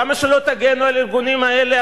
כמה שלא תגנו על הארגונים האלה,